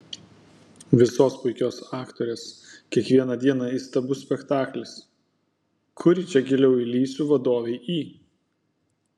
visos puikios aktorės kiekvieną dieną įstabus spektaklis kuri čia giliau įlįsiu vadovei į